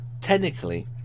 technically